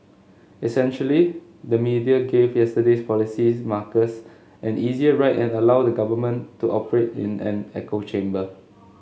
essentially the media gave yesterday's policies markers an easier ride and allowed the government to operate in an echo chamber